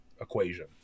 equation